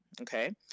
Okay